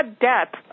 debt